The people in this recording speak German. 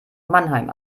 mannheim